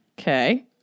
Okay